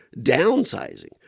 downsizing